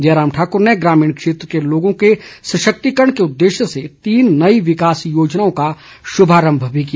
जयराम ठाकुर ने ग्रामीण क्षेत्रों के लोगों के सशक्तिकरण के उददेश्य से तीन नई विकास योजनाओं का श्भारंभ भी किया